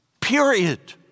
Period